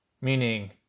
Meaning